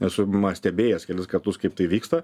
esu stebėjęs kelis kartus kaip tai vyksta